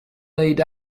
laid